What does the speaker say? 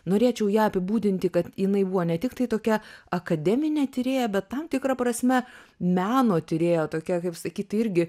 norėčiau ją apibūdinti kad jinai buvo ne tiktai tokia akademinė tyrėja bet tam tikra prasme meno tyrėja tokia kaip sakyt irgi